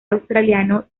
australiano